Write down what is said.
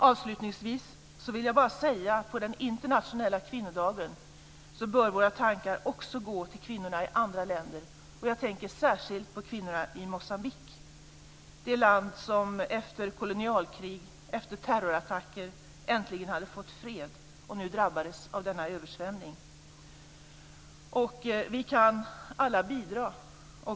Avslutningsvis vill jag bara säga att på den internationella kvinnodagen bör våra tankar också gå till kvinnorna i andra länder. Jag tänker särskilt på kvinnorna i Moçambique, det land som efter kolonialkrig och terrorattacker äntligen hade fått fred och nu drabbades av denna översvämning. Vi kan alla bidra.